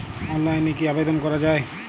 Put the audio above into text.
অনলাইনে কি আবেদন করা য়ায়?